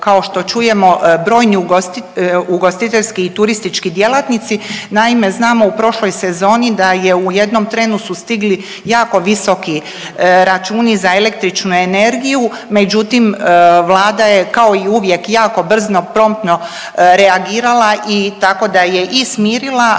kao što čujemo brojni ugostiteljski i turistički djelatnici. Naime znamo u prošloj sezoni da je u jednom trenu su stigli jako visoki računi za električnu energiju, međutim Vlada je kao i uvijek jako brzo i promptno reagirala i tako da je i smirila